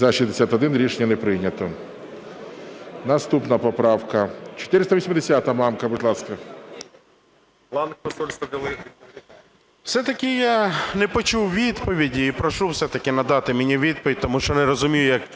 За-61 Рішення не прийнято. Наступна поправка 480-а. Мамка, будь ласка. 14:14:30 МАМКА Г.М. Все-таки я не почув відповіді і прошу все-таки надати мені відповідь, тому що не розумію як